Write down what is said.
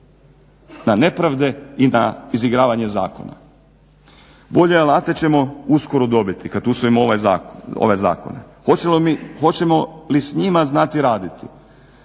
na nepravde i na izigravanje zakona. Bolje alate ćemo uskoro dobiti kad usvojimo ove zakone. Hoćemo li s njima znati raditi